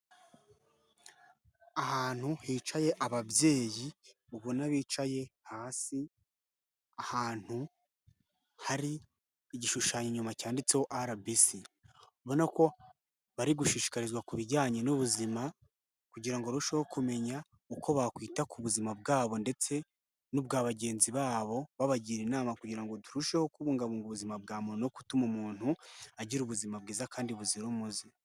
Ahantu hicaye ababyeyi ubona bicaye hasi, ahantu hari igishushanyo inyuma cyanditseho RBC, ubona ko bari gushishikazwa ku bijyanye n'ubuzima kugira ngo barusheho kumenya uko bakwita ku buzima bwabo ndetse n'ubwa bagenzi babo babagira inama kugira ngo turusheho kubungabunga ubuzima bwa muntu no gutuma umuntu agira ubuzima bwiza kandi buzira umuze.